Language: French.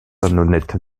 honnête